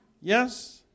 Yes